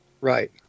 Right